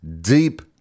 deep